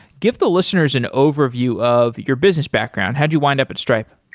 give the listeners an overview of your business background. how did you wind up at stripe?